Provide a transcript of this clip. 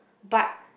but